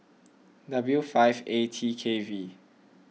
W five A T K V